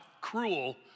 cruel